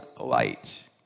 light